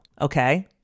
Okay